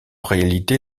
réalité